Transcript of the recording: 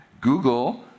Google